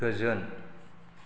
गोजोन